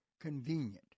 convenient